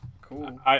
Cool